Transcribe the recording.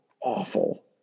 Awful